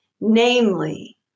namely